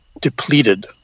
depleted